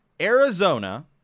Arizona